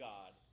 God